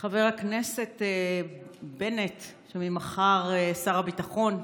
חבר הכנסת בנט, ממחר, שר הביטחון,